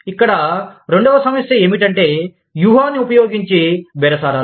ఇక్కడ రెండవ సమస్య ఏమిటంటే వ్యూహాన్ని ఉపయోగించి బేరసారాలు